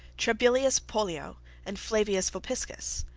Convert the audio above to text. trebellius pollio and flavius vopiscus.